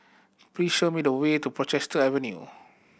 please show me the way to Portchester Avenue